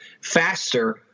faster